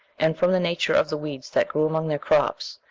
and from the nature of the weeds that grew among their crops,